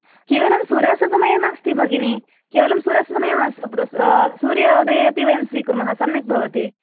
केवलं सूर्यस्य समये नास्ति भगिनि केवलं सूर्यस्य समये मास्तु सूर्योदये अपि वयं स्वीकुर्मः सम्यक् भवति